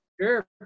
Sure